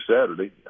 Saturday